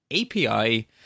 API